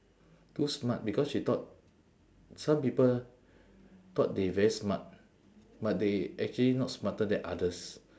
too smart because you thought some people thought they very smart but they actually not smarter than others